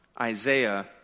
Isaiah